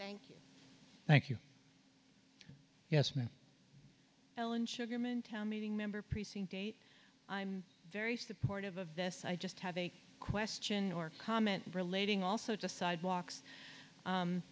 thank you thank you yes ma'am ellen sugarman town meeting member precinct date i'm very supportive of this i just have a question or comment relating also to sidewalks